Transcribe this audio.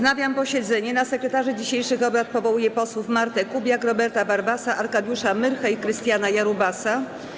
Na sekretarzy dzisiejszych obrad powołuję posłów Martę Kubiak, Roberta Warwasa, Arkadiusza Myrchę i Krystiana Jarubasa.